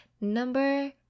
number